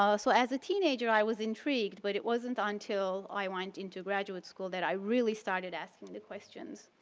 ah so as a teenager, i was intrigued but it wasn't until i went into graduate school that i really started asking the questions,